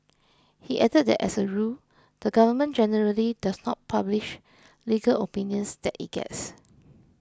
he added that as a rule the Government generally does not publish legal opinions that it gets